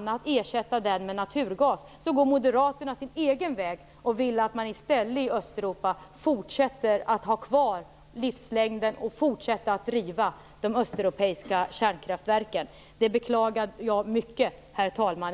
att ersätta den med bl.a. naturgas går alltså moderaterna sin egen väg och vill att man i Östeuropa i stället fortsätter att driva kärnkraftverken. Det beklagar jag mycket, herr talman.